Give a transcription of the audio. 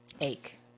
ache